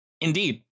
Indeed